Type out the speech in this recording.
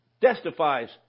testifies